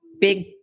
big